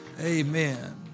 Amen